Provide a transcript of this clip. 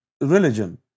religion